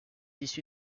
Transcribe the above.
issu